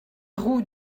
roue